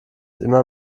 immer